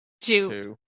two